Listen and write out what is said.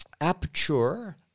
Aperture